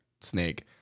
snake